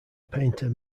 painter